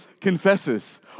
confesses